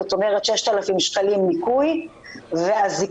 זאת אומרת 6,000 שקלים ניכוי והזיכוי